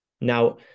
Now